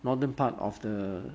northern part of the